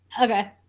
Okay